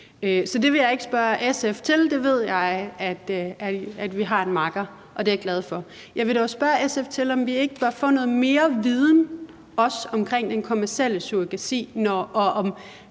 Så det vil jeg ikke spørge SF til; der ved jeg, at vi har en makker, og det er jeg glad for. Jeg vil dog spørge SF om, om vi ikke bør få noget mere viden også om den kommercielle surrogati, altså